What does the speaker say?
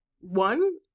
One